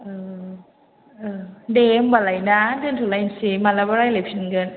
दे होमबालाय ना दोनथ'लायनिसै माब्लाबा रायज्लायफिनगोन